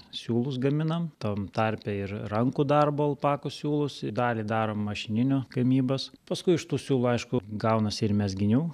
siūlus gaminam tam tarpe ir rankų darbo alpakų siūlus dalį darom mašininių gamybos paskui iš tų siūlų aišku gaunasi ir mezginių